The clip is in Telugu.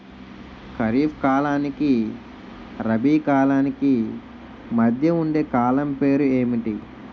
ఖరిఫ్ కాలానికి రబీ కాలానికి మధ్య ఉండే కాలం పేరు ఏమిటి?